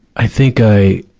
i think i,